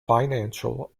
financial